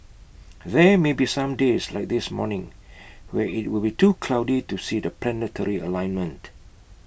there may be some days like this morning where IT will be too cloudy to see the planetary alignment